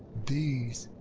these,